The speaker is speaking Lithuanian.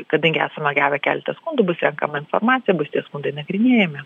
kadangi esame gavę keletą skundų bus renkama informacija bus tie skundai nagrinėjami